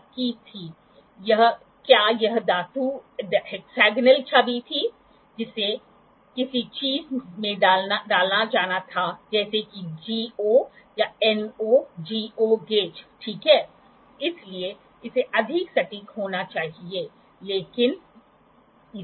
प्रत्येक angle block के एक छोर को प्लस के रूप में चिह्नित किया गया है जबकि विपरीत को माइनस के रूप में चिह्नित किया गया है